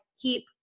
keep